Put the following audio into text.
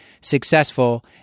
successful